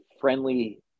friendly